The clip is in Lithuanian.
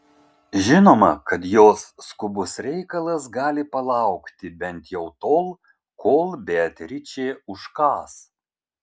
žinoma kad jos skubus reikalas gali palaukti bent jau tol kol beatričė užkąs